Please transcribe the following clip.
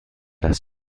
das